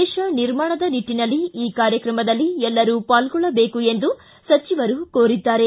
ದೇಶ ನಿರ್ಮಾಣ ನಿಟ್ಟನಲ್ಲಿ ಈ ಕಾರ್ಯಕ್ರಮದಲ್ಲಿ ಎಲ್ಲರೂ ಪಾಲ್ಗೊಳ್ಳದೇಕು ಎಂದು ಸಚವರು ಕೋರಿದ್ದಾರೆ